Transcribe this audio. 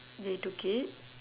they took it